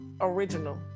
original